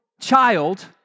child